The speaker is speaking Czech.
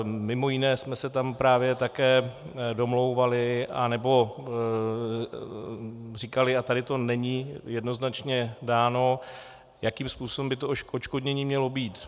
Mimo jiné jsme se tam právě také domlouvali, anebo říkali, a tady to není jednoznačně dáno, jakým způsobem by odškodnění mělo být.